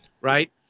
Right